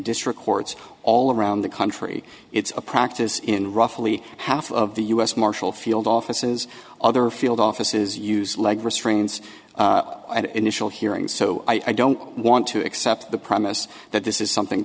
district courts all around the country it's a practice in roughly half of the u s marshal field offices other field offices use like restraints and initial hearings so i don't want to accept the premise that this is something